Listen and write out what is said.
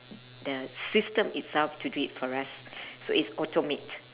the system itself to do it for us so it's automate